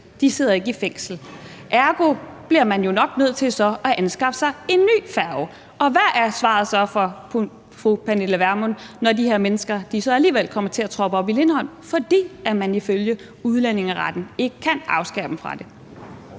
de sidder ikke i fængsel. Ergo bliver man jo nok nødt til så at anskaffe sig en ny færge. Og hvad er svaret så fra fru Pernille Vermund, når de her mennesker så alligevel kommer til at troppe op i Lindholm, fordi man ifølge udlændingeretten ikke kan afskære dem fra det?